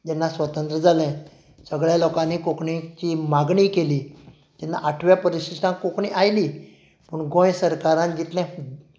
जेन्ना स्वतंत्र जालें सगळ्या लोकांनी कोंकणीची मागणी केली तेन्ना आठव्या परिशिश्टांत कोंकणी आयली पूण गोंय सरकारान जितलें